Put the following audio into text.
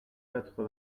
quatre